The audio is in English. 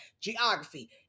Geography